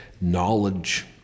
knowledge